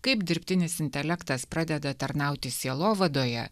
kaip dirbtinis intelektas pradeda tarnauti sielovadoje